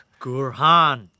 Gurhan